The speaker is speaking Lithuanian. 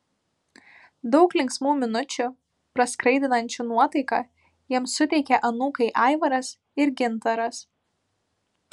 daug linksmų minučių praskaidrinančių nuotaiką jiems suteikia anūkai aivaras ir gintaras